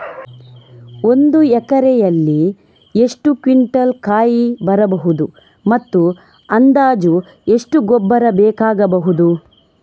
ಒಂದು ಎಕರೆಯಲ್ಲಿ ಎಷ್ಟು ಕ್ವಿಂಟಾಲ್ ಕಾಯಿ ಬರಬಹುದು ಮತ್ತು ಅಂದಾಜು ಎಷ್ಟು ಗೊಬ್ಬರ ಬೇಕಾಗಬಹುದು?